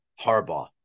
Harbaugh